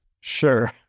Sure